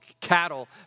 cattle